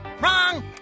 Wrong